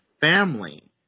family